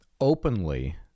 openly